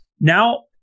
now